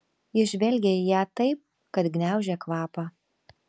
jis žvelgė į ją taip kad gniaužė kvapą